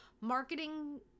marketing